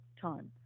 time